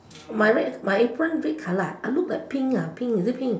my red my apron red color I look like pink pink uh is it pink